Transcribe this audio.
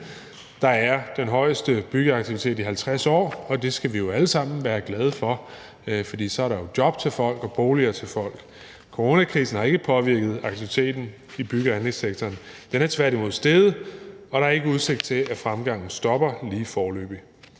Der er den højeste byggeaktivitet i 50 år, og det skal vi jo alle sammen være glade for, for så er der job til folk og boliger til folk. Coronakrisen har ikke påvirket aktiviteten i bygge- og anlægssektoren. Den er tværtimod steget, og der er ikke udsigt til, at fremgangen stopper lige foreløbig.